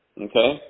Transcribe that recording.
okay